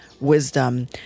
wisdom